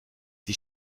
die